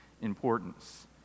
importance